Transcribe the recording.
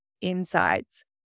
insights